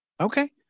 Okay